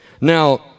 Now